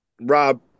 Rob